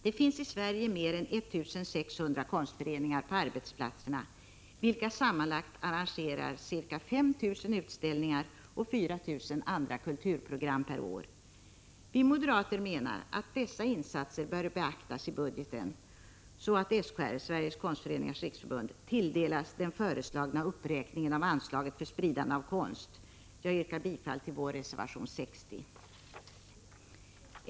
Det finns i Sverige mer än 1 600 konstföreningar på arbetsplatserna, vilka sammanlagt arrangerar ca 5 000 utställningar och 4 000 andra kulturprogram per år. Vi moderater menar att dessa insatser bör beaktas i budgeten, så att Sveriges konstföreningars riksförbund beviljas den föreslagna uppräkningen av anslaget för spridande av konst. Jag yrkar bifall till vår reservation 60.